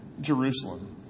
Jerusalem